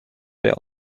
der